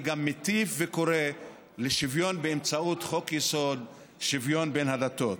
אני גם מטיף וקורא לשוויון באמצעות חוק-יסוד: שוויון בין הדתות.